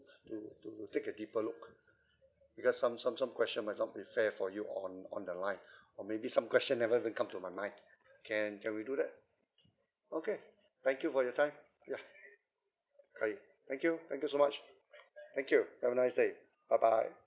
take a deeper look because some some some question might not be fair for you on on the line or maybe some question never even come to my mind can can we do that okay thank you for your time ya I thank you thank you so much thank you have a nice day bye bye